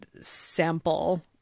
sample